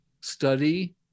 study